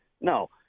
No